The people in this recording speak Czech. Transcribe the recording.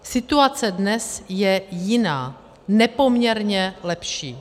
Situace dnes je jiná, nepoměrně lepší.